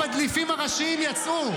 המדליפים הראשיים יצאו.